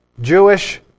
Jewish